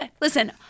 listen